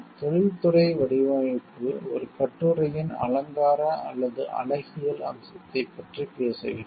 தொழில்துறை வடிவமைப்பு ஒரு கட்டுரையின் அலங்கார அல்லது அழகியல் அம்சத்தைப் பற்றி பேசுகிறது